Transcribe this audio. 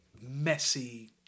messy